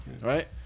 right